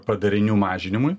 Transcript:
padarinių mažinimui